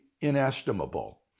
inestimable